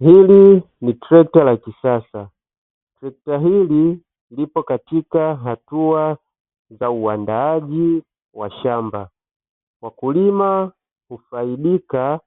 Hili ni trekta la kisasa trekta hili liko katika hatua za uandaji wa shamba wakulima ufaidika